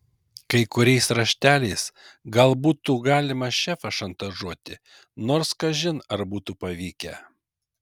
kai kuriais rašteliais gal būtų galima šefą šantažuoti nors kažin ar būtų pavykę